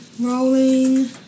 rolling